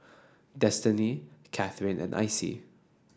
Destinee Cathryn and Icey